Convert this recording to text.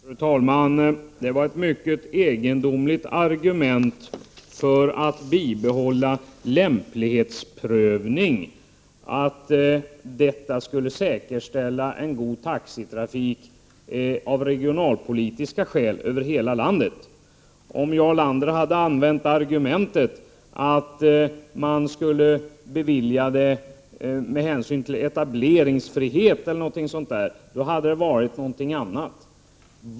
Fru talman! Det var ett mycket egendomligt argument för att bibehålla lämplighetsprövning, att detta skulle säkerställa en god taxitrafik över hela landet. Om Jarl Lander hade använt argumentet att trafiktillstånd skall beviljas med hänsyn till etableringsfrihet eller någonting sådant, hade det varit någonting annat.